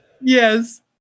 Yes